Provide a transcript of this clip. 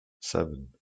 seven